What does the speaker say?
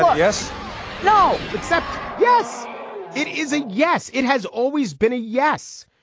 yeah yes no except yes it is a yes. it has always been a yes.